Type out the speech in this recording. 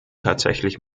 tatsächlich